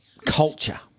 Culture